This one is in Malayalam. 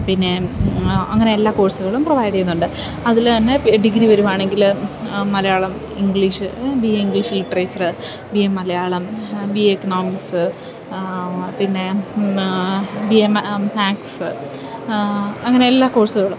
പിന്നെയും അങ്ങനെ എല്ലാ കോഴ്സുകളും പ്രൊവൈഡിയ്യുന്നുണ്ട് അതില്തന്നെ ഡിഗ്രി വരുവാണെങ്കില് Malayalam English B A English literature B A Malayalam B A economics പിന്നെ ബി എ മാത്സ് അങ്ങനെ എല്ലാ കോഴ്സുകളും